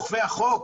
את אוכפי החוק,